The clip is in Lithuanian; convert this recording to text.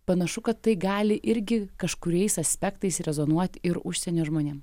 panašu kad tai gali irgi kažkuriais aspektais rezonuoti ir užsienio žmonėm